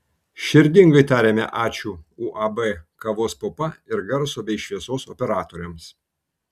širdingai tariame ačiū uab kavos pupa ir garso bei šviesos operatoriams